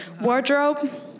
wardrobe